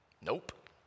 Nope